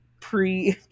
pre